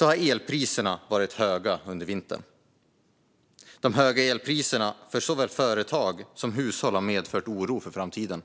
har elpriserna varit höga under vintern. De höga elpriserna har för såväl företag som hushåll medfört oro för framtiden.